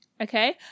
Okay